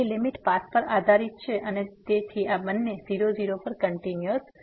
તેથી limit path પર આધારીત છે અને તેથી આ બંને 0 0 પર કંટીન્યુઅસ નથી